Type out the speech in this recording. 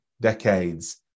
decades